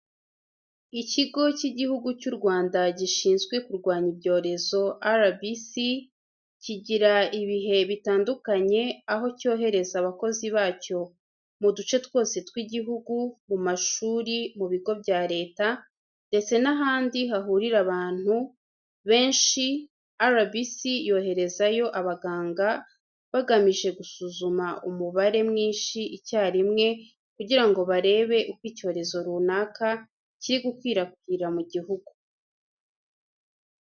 Ikigo cy'igihugu cyu Rwanda gishinzwe kurwanya ibyorezo RBC, kigira ibihe bitandukanye aho cyohereza abakozi bacyo muduce twose tw'igihugu, mu mashuri, mu bigo bya leta, ndetse nahandi hahurira abantu abantu benshi, RBC yoherezayo abaganga bagamije gusuzuma umubare mwinshi icyarimwe kugira ngo barebe uko icyorezo runaka kiri gukwirakwira mu gihugu.